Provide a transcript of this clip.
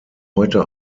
heute